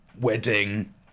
wedding